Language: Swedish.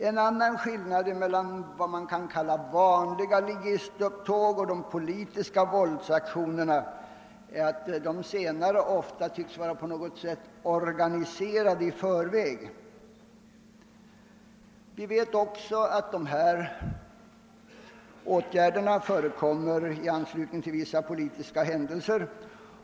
En annan skillnad mellan vanliga ligistupptåg och politiska är att de senare tycks vara organiserade 1 förväg. Vi vet också att de här uppträdena förekommer i anslutning till vissa politiska händelser.